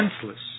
senseless